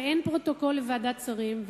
ואין פרוטוקול לוועדת שרים,